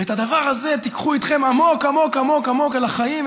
ואת הדבר הזה תיקחו איתכם עמוק עמוק עמוק עמוק אל החיים,